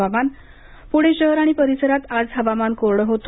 हवामान पुणे शहर आणि परिसरात आज हवामान कोरड होत